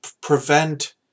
prevent